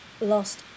lost